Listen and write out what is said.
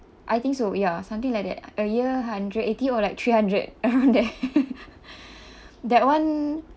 I think so ya something like that a year hundred eighty or like three hundred around there that one